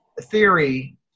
theory